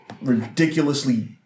ridiculously